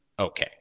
Okay